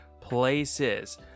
places